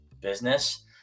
business